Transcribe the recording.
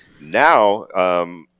Now